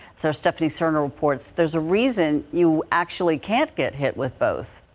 so stephanie serna reports there's a reason you actually can't get hit with both.